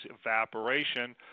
evaporation